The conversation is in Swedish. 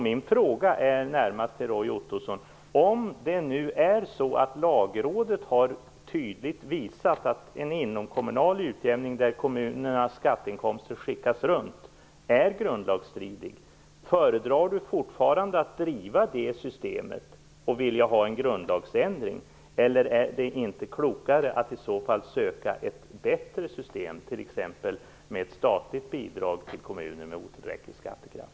Min fråga till Roy Ottosson är närmast: Om det nu är så att Lagrådet tydligt har visat att en inomkommunal utjämning, där kommunernas skatteinkomster skickas runt, är grundlagsstridig, föredrar han fortfarande det systemet och vill ha en grundlagsändring? Är det inte klokare att i så fall söka finna ett bättre system, t.ex. med ett statligt bidrag till kommuner med otillräcklig skattekraft?